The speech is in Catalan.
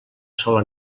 sola